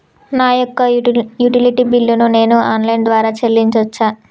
నా యొక్క utility bill ను నేను ఆన్ లైన్ ద్వారా చెల్లించొచ్చా?